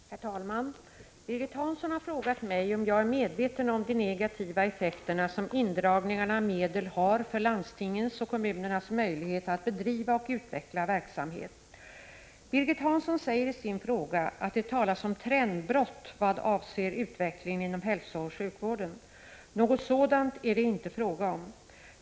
Herr talman! Birgit Hansson har frågat mig om jag är medveten om de negativa effekter som indragningarna av medel har för landstingens och kommunernas möjlighet att bedriva och utveckla verksamhet. Birgit Hansson säger i sin fråga att det talas om trendbrott vad avser utvecklingen inom hälsooch sjukvården. Något sådant är det inte fråga om.